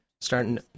starting